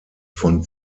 von